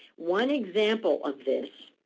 one example of this